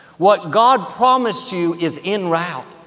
what god promised you is en route.